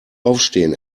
aufstehen